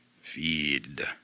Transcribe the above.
feed